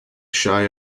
shy